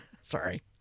Sorry